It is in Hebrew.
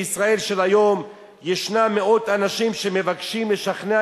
בישראל של היום ישנם מאות אנשים שמבקשים לשכנע